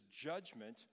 judgment